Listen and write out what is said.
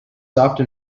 often